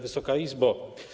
Wysoka Izbo!